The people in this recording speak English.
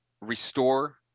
restore